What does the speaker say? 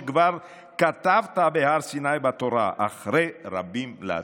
שכבר כתבת בהר סיני בתורה: אחרי רבים להטות".